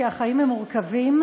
כי החיים הם מורכבים,